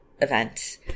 event